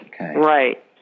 right